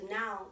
now